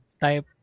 type